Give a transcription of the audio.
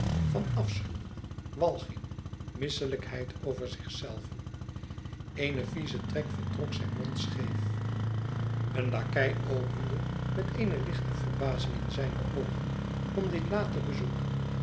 van afschuw walging misselijkheid over zichzelven een vieze trek vertrok zijn mond scheef een lakei opende met eene lichte verbazing in zijne oogen om dit late bezoek